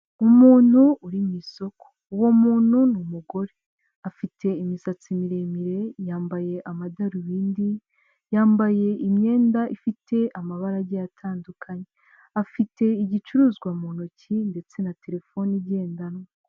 Umuntu uri mu isoko uwo muntu ni umugore afite imisatsi miremire yambaye amadarubindi, yambaye imyenda ifite amabara agiye atandukanye, afite igiicuruzwa mu ntoki ndetse na terefone igendanwa.